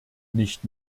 nicht